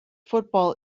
football